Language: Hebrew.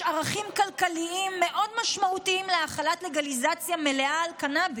יש ערכים כלכליים מאוד משמעותיים להחלת לגליזציה מלאה על קנביס,